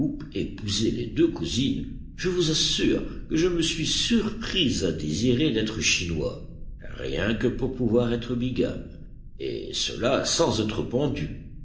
épousait les deux cousines je vous assure que je me suis surpris à désirer d'être chinois rien que pour pouvoir être bigame et cela sans être pendu